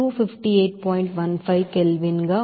15 K